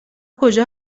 کجا